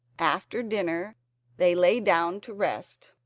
after dinner they lay down to rest.